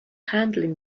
handling